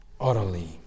utterly